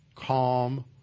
Calm